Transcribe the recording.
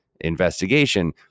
investigation